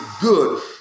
good